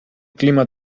clima